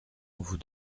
vous